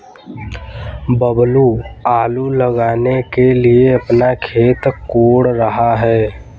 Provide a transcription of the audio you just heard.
बबलू आलू लगाने के लिए अपना खेत कोड़ रहा है